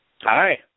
Hi